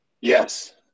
yes